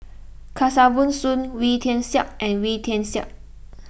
Kesavan Soon Wee Tian Siak and Wee Tian Siak